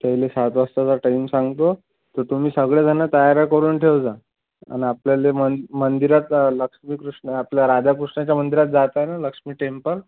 पहिले सात वाजताचा टाईम सांगतो तर तुम्ही सगळेजणं तयाऱ्या करून ठेव जा आणि आपल्याला मग मंदिरात लक्ष्मी कृष्ण आपलं राधाकृष्णाच्या मंदिरात जायचं ना लक्ष्मी टेम्पल